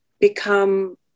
become